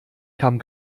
kam